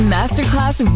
Masterclass